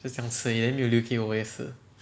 just 这样吃而已 then 没有留给我也是